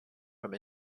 from